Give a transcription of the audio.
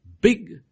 big